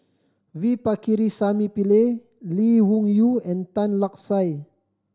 V Pakirisamy Pillai Lee Wung Yew and Tan Lark Sye